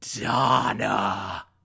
Donna